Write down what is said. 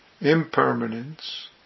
Impermanence